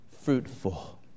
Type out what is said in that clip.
fruitful